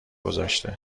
گذاشته